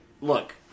Look